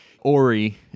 Ori